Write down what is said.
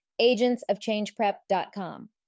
agentsofchangeprep.com